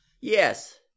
Yes